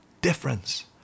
difference